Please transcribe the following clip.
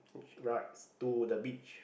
right to the beach